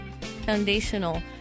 foundational